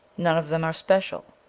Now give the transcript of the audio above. none of them are special.